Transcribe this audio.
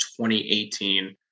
2018